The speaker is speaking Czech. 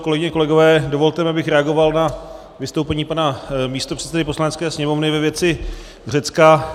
Kolegyně, kolegové, dovolte mi, abych reagoval na vystoupení pana místopředsedy Poslanecké sněmovny ve věci Řecka.